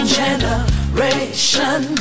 generation